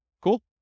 Cool